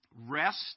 rest